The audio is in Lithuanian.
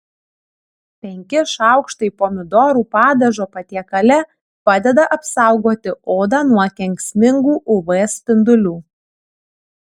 penki šaukštai pomidorų padažo patiekale padeda apsaugoti odą nuo kenksmingų uv spindulių